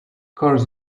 course